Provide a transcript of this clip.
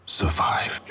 survive